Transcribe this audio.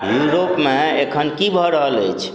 यूरोपमे एखन कि भऽ रहल अछि